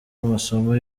amasomo